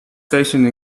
stationed